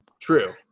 True